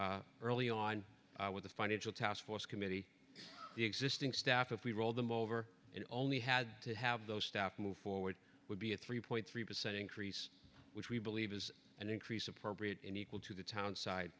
early on with the financial taskforce committee the existing staff if we rolled them over and only had to have those staff to move forward would be a three point three percent increase which we believe is an increase appropriate in equal to the towns